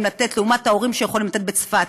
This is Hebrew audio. לתת לעומת מה שההורים יכולים לתת בצפת.